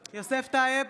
טייב,